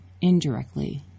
indirectly